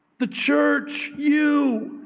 the church, you,